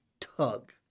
tug